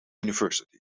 university